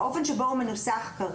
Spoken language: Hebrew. על פי האופן שבו הוא מנוסח כרגע,